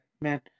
man